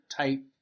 type